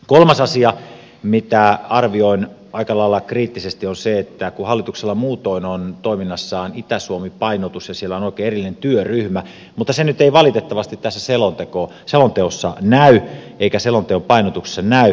kolmas asia mitä arvioin aika lailla kriittisesti on se että kun hallituksella muutoin on toiminnassaan itä suomi painotus ja siellä on oikein erillinen työryhmä niin se nyt ei valitettavasti tässä selonteossa näy eikä selonteon painotuksissa näy